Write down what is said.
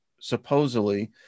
supposedly